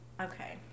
Okay